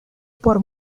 por